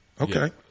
Okay